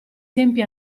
tempi